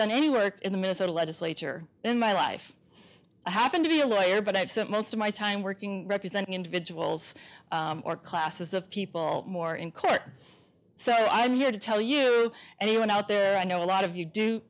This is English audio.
done any work in the minnesota legislature in my life i happen to be a lawyer but i've spent most of my time working representing individuals or classes of people more in court so i'm here to tell you anyone out there i know a lot of you do